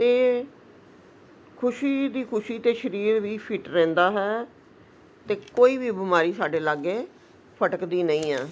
ਅਤੇ ਖੁਸ਼ੀ ਦੀ ਖੁਸ਼ੀ ਅਤੇ ਸਰੀਰ ਵੀ ਫਿਟ ਰਹਿੰਦਾ ਹੈ ਅਤੇ ਕੋਈ ਵੀ ਬਿਮਾਰੀ ਸਾਡੇ ਲਾਗੇ ਫਟਕਦੀ ਨਹੀਂ ਆ